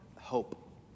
hope